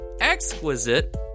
exquisite